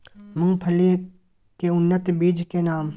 मूंगफली के उन्नत बीज के नाम?